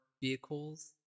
vehicles